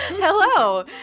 Hello